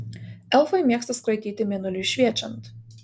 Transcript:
elfai mėgsta skraidyti mėnuliui šviečiant